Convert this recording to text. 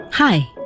Hi